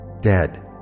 dead